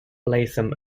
latham